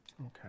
Okay